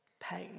pain